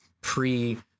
pre